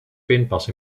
pinpas